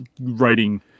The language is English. writing